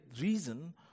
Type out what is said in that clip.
reason